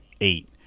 eight